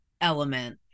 element